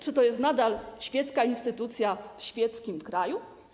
Czy to jest nadal świecka instytucja w świeckim kraju?